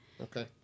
Okay